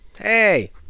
hey